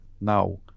now